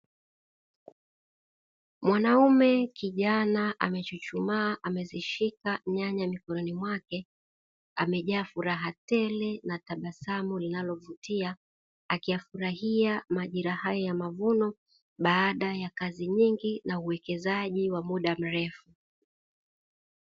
Mwanaume kijana amechuchumaa amezishika nyanya mikononi mwake amejaa furaha tele na tabasamu linalovutia, akiyafurahia majira haya ya mavuno, baada ya kazi nyingi na uwekezaji wa muda mrefu.